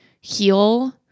heal